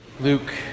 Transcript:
Luke